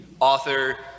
author